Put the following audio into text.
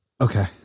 Okay